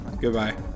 Goodbye